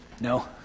No